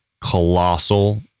colossal